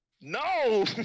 No